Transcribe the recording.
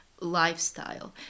lifestyle